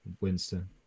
Winston